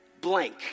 blank